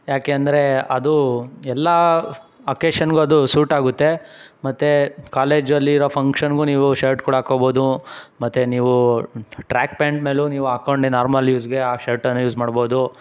ಯಾಕೆ ಅಂದರೆ ಅದು ಎಲ್ಲ ಅಕೇಶನ್ಗೂ ಅದು ಸೂಟ್ ಆಗುತ್ತೆ ಮತ್ತು ಕಾಲೇಜಲ್ಲಿರೋ ಫಂಕ್ಷನ್ಗೂ ನೀವು ಶರ್ಟ್ ಕೂಡ ಹಾಕೋಬೋದು ಮತ್ತು ನೀವು ಟ್ರ್ಯಾಕ್ ಪ್ಯಾಂಟ್ ಮೇಲೂ ನೀವು ಹಾಕೊಂಡು ನಾರ್ಮಲ್ ಯೂಸ್ಗೆ ಆ ಶರ್ಟನ್ನು ಯೂಸ್ ಮಾಡ್ಬೋದು